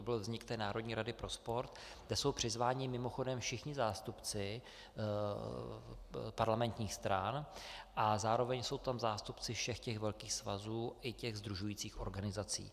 To byl vznik Národní rady pro sport, kde jsou přizváni mimochodem všichni zástupci parlamentních stran a zároveň jsou tam zástupci všech velkých svazů i těch sdružujících organizací.